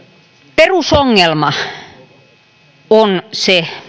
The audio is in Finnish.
perusongelma mielestäni tässä on se